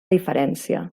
diferència